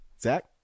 Zach